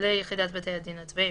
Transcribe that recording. ליחידת בתי הדין הצבאיים.